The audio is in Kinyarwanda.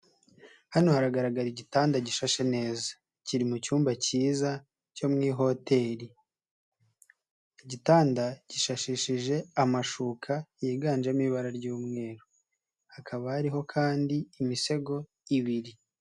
Hano haragaragara igitanda gishashe neza kiri mu cyumba kiza cyo mu hoteli, igitanda gishashishije amashuka yiganjemo ibara ry'umweru, hakaba hariho kandi imisego ibiri.